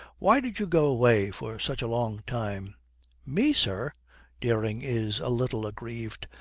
why did you go away for such a long time me, sir dering is a little aggrieved.